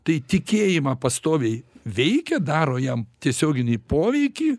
tai tikėjimą pastoviai veikia daro jam tiesioginį poveikį